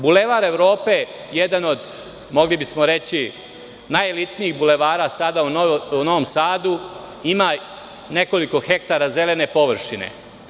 Bulevar Evrope jedan, od mogli bismo reći najelitnijih bulevara sada u Novom Sadu ima nekoliko hektara zelene površine.